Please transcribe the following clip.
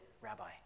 Rabbi